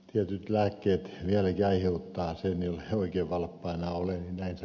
tietyt lääkkeet jälki aiheuttaa silmille oikein valppaina oli miehensä